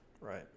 Right